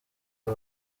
aba